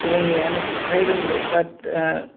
रोंनायानो फ्राय रोंगौ बाट